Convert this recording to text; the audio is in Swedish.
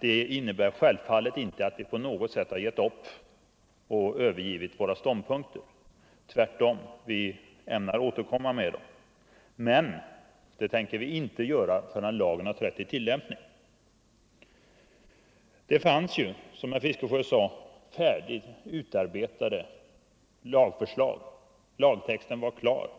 Det innebär självfallet inte att vi på något sätt har gett upp och övergivit våra ståndpunkter. Tvärtom, vi ämnar återkomma med dem, men det tänker vi inte göra förrän lagen trätt i tillämpning. Det fanns alltså i våras, som herr Fiskesjö sade, ett utarbetat lagförslag. Lagtexten var klar